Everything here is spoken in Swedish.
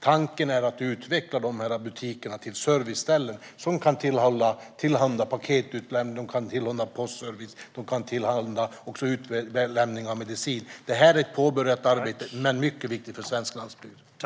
Tanken är att utveckla butikerna till serviceställen som kan tillhandahålla paketutlämning, postservice och utlämning av medicin. Detta arbete har påbörjats och är mycket viktigt för svensk landsbygd.